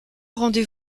rendez